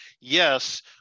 yes